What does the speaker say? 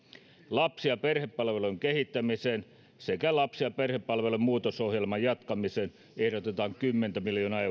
lapsi ja perhepalveluiden kehittämiseen sekä lapsi ja perhepalveluiden muutosohjelman jatkamiseen ehdotetaan kymmentä miljoonaa euroa